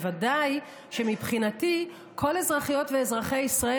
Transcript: ודאי שמבחינתי כל אזרחיות ואזרחי ישראל